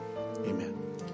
Amen